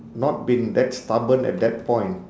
not been that stubborn at that point